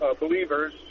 believers